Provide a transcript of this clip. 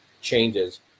changes